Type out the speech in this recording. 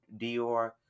Dior